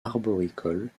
arboricole